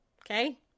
okay